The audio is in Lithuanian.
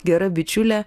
gera bičiulė